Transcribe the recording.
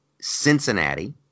Cincinnati